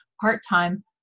part-time